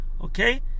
okay